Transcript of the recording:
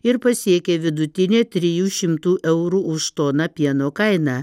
ir pasiekė vidutinę trijų šimtų eurų už toną pieno kainą